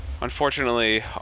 Unfortunately